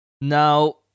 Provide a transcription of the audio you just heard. now